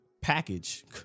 package